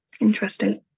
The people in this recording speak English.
interesting